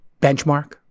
Benchmark